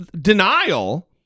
denial